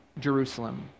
Jerusalem